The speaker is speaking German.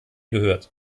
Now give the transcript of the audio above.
gehört